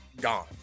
Gone